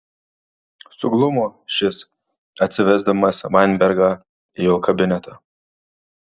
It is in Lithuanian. suglumo šis atsivesdamas vainbergą į jo kabinetą